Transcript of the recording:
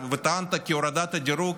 וטענת כי הורדת הדירוג